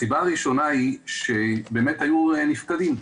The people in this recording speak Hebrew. הסיבה הראשונה היא שבאמת היו נפקדים.